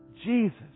Jesus